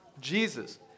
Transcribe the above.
Jesus